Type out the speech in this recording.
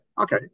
Okay